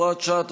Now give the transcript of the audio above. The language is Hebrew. הוראת שעה),